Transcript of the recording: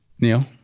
Neil